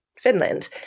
Finland